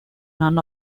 non